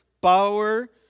Power